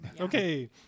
Okay